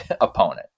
opponent